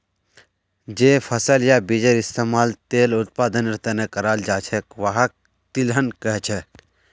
जे फसल या बीजेर इस्तमाल तेल उत्पादनेर त न कराल जा छेक वहाक तिलहन कह छेक